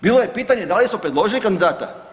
Bilo je pitanje da li smo predložili kandidata?